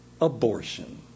abortion